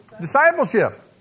Discipleship